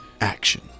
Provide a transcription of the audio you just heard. action